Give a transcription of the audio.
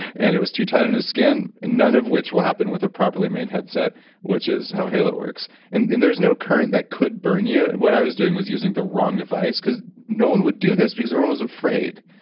and it was too tight on his skin, none of which will happen with a properly made headset which is how halo works and and there's no current that could you burn you. what i was doing was using the wrong device, cause no one would do this, because everyone was afraid.